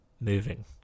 moving